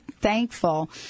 thankful